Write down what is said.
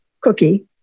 cookie